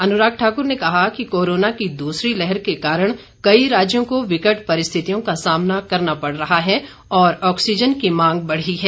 अनुराग ठाकुर ने कहा कि कोरोना की दूसरी लहर के कारण कई राज्यों को विकट परिस्थितियों का सामना करना पड़ रहा है और ऑक्सीजन की मांग बढ़ी है